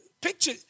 picture